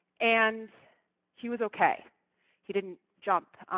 and he was ok he didn't jump.